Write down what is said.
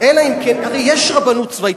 הרי יש רבנות צבאית,